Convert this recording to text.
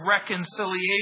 reconciliation